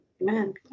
Amen